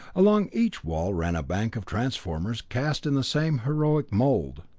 along each wall ran a bank of transformers, cast in the same heroic mold.